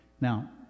Now